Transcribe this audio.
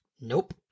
nope